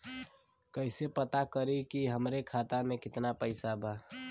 कइसे पता करि कि हमरे खाता मे कितना पैसा बा?